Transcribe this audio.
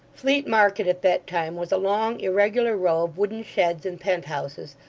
fleet market, at that time, was a long irregular row of wooden sheds and penthouses,